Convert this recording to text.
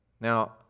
Now